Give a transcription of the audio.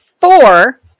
four